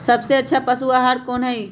सबसे अच्छा पशु आहार कोन हई?